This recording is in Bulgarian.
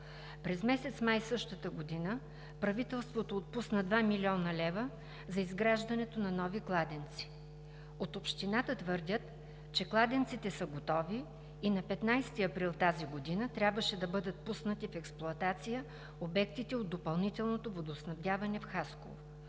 През месец май същата година правителството отпусна 2 млн. лв. за изграждането на нови кладенци. От Общината твърдят, че кладенците са готови и на 15 април тази година, трябваше да бъдат пуснати в експлоатация обектите от допълнителното водоснабдяване в Хасково.